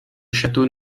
château